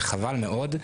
וחבל מאוד.